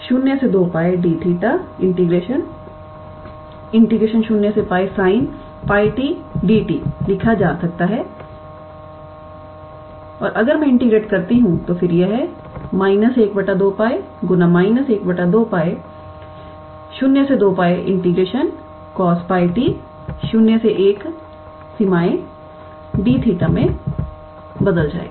तो यह 1202𝜋 𝑑𝜃 0𝜋sin 𝜋𝑡𝑑𝑡 लिखा जा सकता है और अगर मैं इंटीग्रेटेड करती हूं तो फिर यह 1 2π 1 2𝜋02𝜋cos 𝜋𝑡01 𝑑𝜃 मे बदल जाएगा